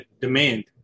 demand